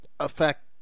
affect